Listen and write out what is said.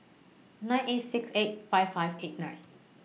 nine eight six eight five five eight nine